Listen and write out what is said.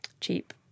cheap